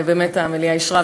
ובאמת המליאה אישרה,